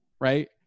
right